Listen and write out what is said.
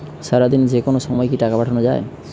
সারাদিনে যেকোনো সময় কি টাকা পাঠানো য়ায়?